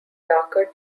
darker